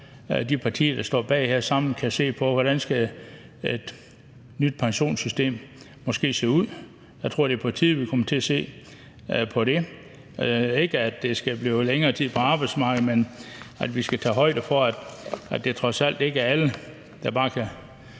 så de partier, der står bag det her, sammen kan se på, hvordan et nyt pensionssystem måske skal se ud. Jeg tror, det er på tide, at vi kommer til at se på det – ikke at det skal blive længere tid på arbejdsmarkedet, men at vi skal tage højde for, at det trods alt ikke er alle, der bare kan